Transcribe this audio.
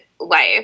life